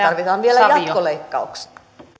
tarvitaan vielä jatkoleikkauksia